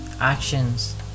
actions